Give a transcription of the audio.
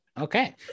Okay